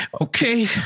Okay